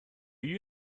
you